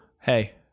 Hey